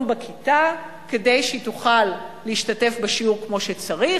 בכיתה כדי שהיא תוכל להשתתף בשיעור כמו שצריך.